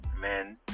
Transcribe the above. Man